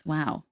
Wow